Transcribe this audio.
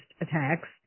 attacks